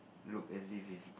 look as if he's